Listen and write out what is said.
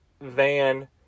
van